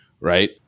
right